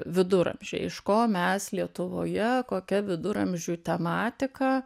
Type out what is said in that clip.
viduramžiai iš ko mes lietuvoje kokia viduramžių tematika